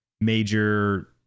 major